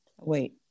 Wait